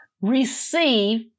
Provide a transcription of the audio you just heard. receive